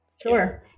sure